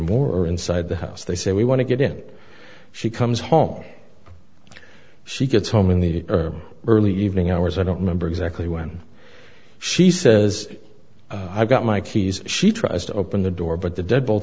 moore inside the house they say we want to get it she comes home she gets home in the early evening hours i don't remember exactly when she says i got my keys she tries to open the door but the d